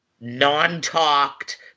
non-talked